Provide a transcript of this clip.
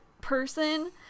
person